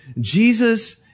Jesus